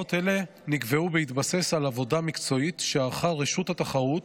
הוראות אלה נקבעו בהתבסס על עבודה מקצועית שערכה רשות התחרות,